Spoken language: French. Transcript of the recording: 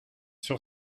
sur